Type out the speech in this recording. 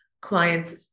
clients